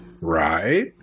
right